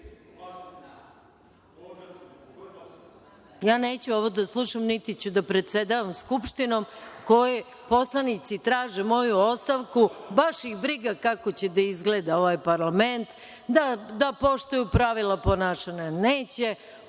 Ja neću ovo da slušam niti ću da predsedavam Skuptšinom u kojoj poslanici traže moju ostavku, baš ih briga kako će da izgleda ovaj parlament, da poštuju pravila ponašanja neće.